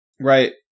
Right